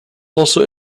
also